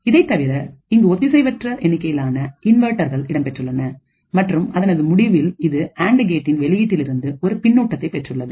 இதைத்தவிர இங்கு ஒத்திசைவற்ற எண்ணிக்கையிலான இன்வெர்ட்டர்கள் இடம்பெற்றுள்ளன மற்றும் அதனது முடிவில் இது அண்டு கேட்டின் வெளியீட்டில் இருந்து ஒரு பின்னூட்டத்தை பெற்றுள்ளது